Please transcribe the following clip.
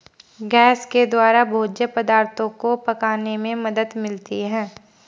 gas के द्वारा भोज्य पदार्थो को पकाने में मदद मिलती है